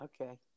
Okay